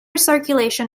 circulation